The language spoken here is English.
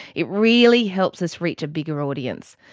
it really helps us reach a bigger audience.